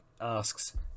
Asks